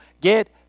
get